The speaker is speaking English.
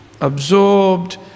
absorbed